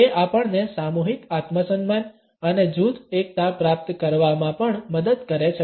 તે આપણને સામૂહિક આત્મસન્માન અને જૂથ એકતા પ્રાપ્ત કરવામાં પણ મદદ કરે છે